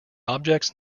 objects